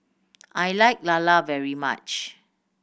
I like Lala very much